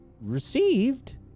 received